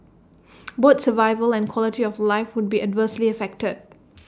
both survival and quality of life would be adversely affected